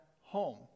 home